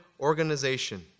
organization